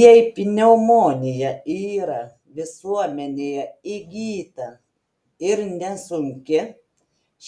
jei pneumonija yra visuomenėje įgyta ir nesunki